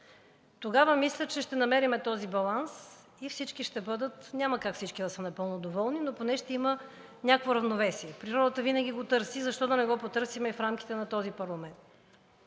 Тогава мисля, че ще намерим този баланс и всички ще бъдат – няма как всички да са напълно доволни, но поне ще има някакво равновесие. Природата винаги го търси, защо да не го потърсим и в рамките на този парламент.